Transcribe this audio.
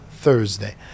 Thursday